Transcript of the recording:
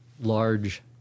large